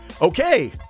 Okay